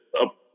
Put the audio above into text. up